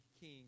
king